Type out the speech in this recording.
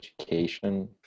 Education